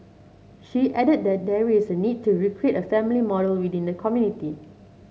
she added that there is a need to recreate a family model within the community